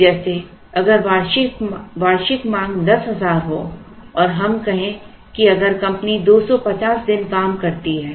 जैसे अगर वार्षिक मांग दस हजार हो और हम कहें कि अगर कंपनी दो सौ पचास दिन काम करती है